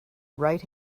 right